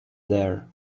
there